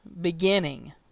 beginning